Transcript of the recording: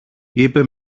είπε